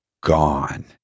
gone